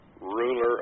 ruler